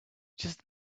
just